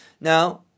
now